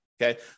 Okay